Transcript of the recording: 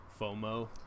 fomo